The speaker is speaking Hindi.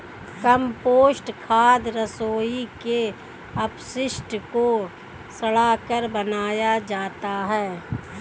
कम्पोस्ट खाद रसोई के अपशिष्ट को सड़ाकर बनाया जाता है